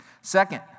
Second